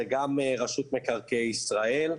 זה גם רשות מקרקעי ישראל,